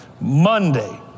Monday